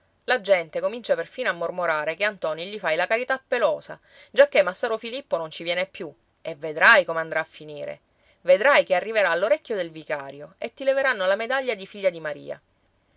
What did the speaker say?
la gente comincia perfino a mormorare che a ntoni gli fai la carità pelosa giacché massaro filippo non ci viene più e vedrai come andrà a finire vedrai che arriverà all'orecchio del vicario e ti leveranno la medaglia di figlia di maria